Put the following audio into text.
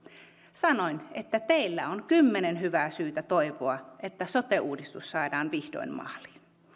sanoin että teillä on kymmenen hyvää syytä toivoa että sote uudistus saadaan vihdoin maaliin